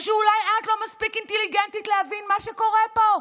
או שאולי את לא מספיק אינטליגנטית להבין מה שקורה פה.